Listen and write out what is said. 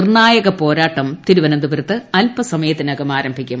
നിർണായക പോരാട്ടം തിരുവനന്തപുരത്ത് അൽപസമയത്തിനകം ആരംഭിക്കും